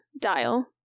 dial